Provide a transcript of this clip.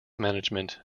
management